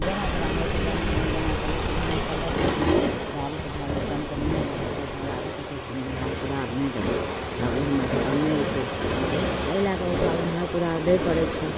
जेना जेना होइ छै गामघरमे जेना चलै छै ओहिना चलै दै छिए उधारी पुधारी काम तऽ नहिए लागल छै ककरो सर उधार पुधार नहि देबै तब ओ हमर दोकान नहि अएतै तऽ एहि लैके ओकरा उधार पुधार दै पड़ै छै